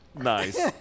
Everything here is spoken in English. Nice